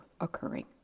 occurring